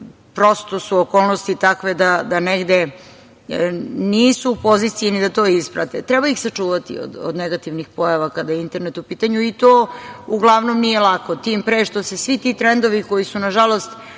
prosto su okolnosti takve da negde nisu u poziciji ni da to isprate. Treba ih sačuvati od negativnih pojava kada je internet u pitanju i to uglavnom nije lako, tim pre što se svi ti trendovi, koji su nažalost